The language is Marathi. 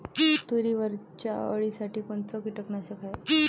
तुरीवरच्या अळीसाठी कोनतं कीटकनाशक हाये?